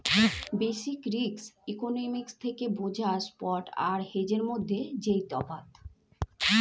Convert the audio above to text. basic risk economics থেকে বোঝা spot আর হেজের মধ্যে যেই তফাৎ